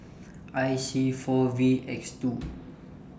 I C four V X two